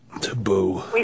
Taboo